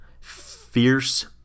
fierce